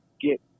get